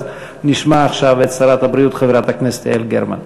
אז נשמע עכשיו את שרת הבריאות חברת הכנסת יעל גרמן.